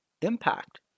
Impact